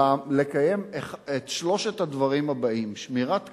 לקיים את שלושת הדברים הבאים: שמירת כשרות,